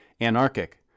anarchic